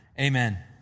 Amen